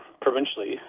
provincially